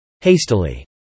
Hastily